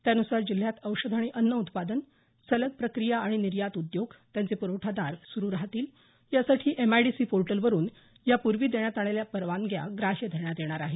त्यानुसार जिल्ह्यात औषध आणि अन्न उत्पादन सलग प्रक्रिया आणि निर्यात उद्योग त्यांचे पुरवठादार चालु राहणार यासाठी एमआयडीसी पोर्टल वरून यापूर्वी देण्यात आलेल्या परवानग्या ग्राह्य धरण्यात येणार आहेत